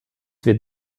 wird